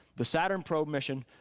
the saturn probe mission.